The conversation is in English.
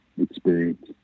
experience